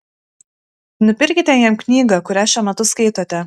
nupirkite jam knygą kurią šiuo metu skaitote